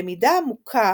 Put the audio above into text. למידה עמוקה